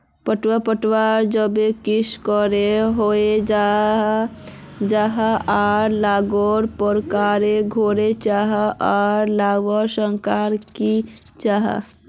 पटवा पटवार बीज कुंसम करे बोया जाहा जाहा आर लगवार प्रकारेर कैडा होचे आर लगवार संगकर की जाहा?